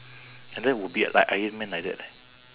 and that would be like ironman like that leh